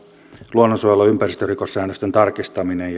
luonnonsuojelu ja ympäristörikossäännösten tarkistaminen